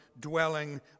dwelling